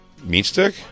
Meatstick